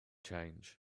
change